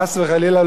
חס וחלילה,